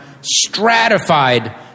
stratified